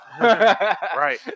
right